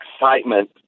excitement